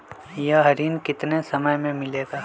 यह ऋण कितने समय मे मिलेगा?